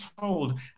told